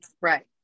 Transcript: right